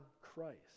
Christ